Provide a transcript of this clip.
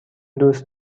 دوست